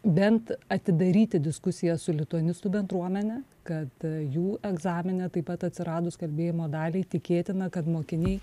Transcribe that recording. bent atidaryti diskusiją su lituanistų bendruomene kad jų egzamine taip pat atsiradus kalbėjimo daliai tikėtina kad mokiniai